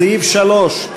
סעיף 2,